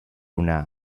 una